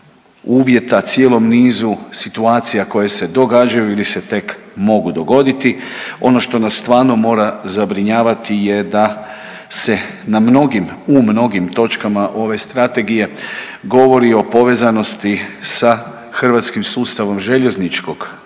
uvjeta, cijelom nizu situacija koje se događaju ili se tek mogu dogoditi. Ono što nas stvarno mora zabrinjavati je da se na mnogim, u mnogim točkama ove strategije govori o povezanosti sa hrvatskim sustavom željezničkog teretnog